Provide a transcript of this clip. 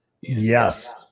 Yes